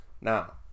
Now